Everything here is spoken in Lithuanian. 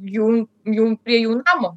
jum jum prie jų namo